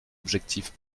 objectif